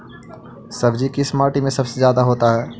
सब्जी किस माटी में सबसे ज्यादा होता है?